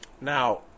Now